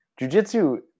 jujitsu